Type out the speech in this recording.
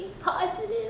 positive